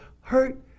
hurt